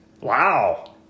wow